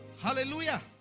hallelujah